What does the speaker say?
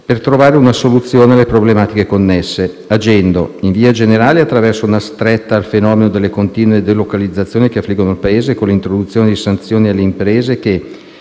per trovare una soluzione alle problematiche connesse. In particolare lo stesso ha agito in via generale attraverso una stretta al fenomeno delle continue delocalizzazioni che affliggono il Paese, con l'introduzione di sanzioni alle imprese che